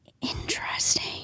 Interesting